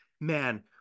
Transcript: Man